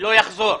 ולא יחזור.